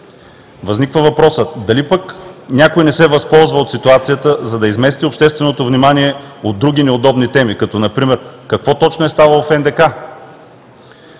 някои въпроси: дали пък някой не се възползва от ситуацията, за да измести общественото внимание от други неудобни теми, като например: какво точно е ставало в НДК?